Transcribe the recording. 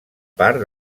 part